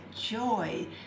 joy